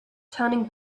turning